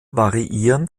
variieren